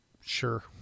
Sure